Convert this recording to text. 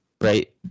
right